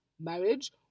marriage